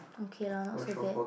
okay lah not so bad